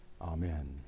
Amen